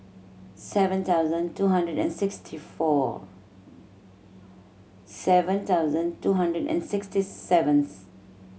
seven thousand two hundred and sixty four seven thousand two hundred and sixty seventh